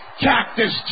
Cactus